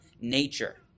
nature